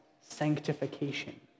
sanctification